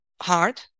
hard